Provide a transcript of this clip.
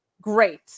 Great